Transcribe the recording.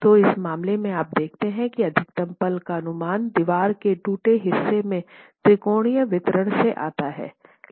तो इस मामले में आप देखते हैं कि अधिकतम पल का अनुमान दीवार के टूटे हिस्से में त्रिकोणीय वितरण से आता हैं